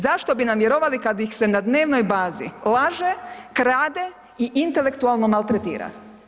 Zašto bi nam vjerovali kad ih se na dnevnoj bazi laže, krade i intelektualno maltretira.